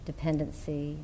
Dependency